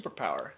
superpower